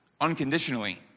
unconditionally